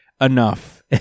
enough